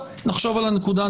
נחשוב על הנקודה.